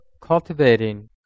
cultivating